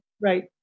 Right